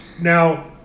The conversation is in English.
Now